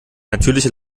natürliche